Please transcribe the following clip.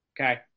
Okay